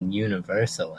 universal